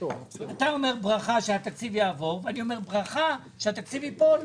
אתה אומר ברכה שהתקציב יעבור ואני אומר ברכה שהתקציב ייפול.